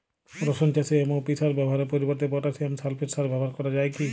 রসুন চাষে এম.ও.পি সার ব্যবহারের পরিবর্তে পটাসিয়াম সালফেট সার ব্যাবহার করা যায় কি?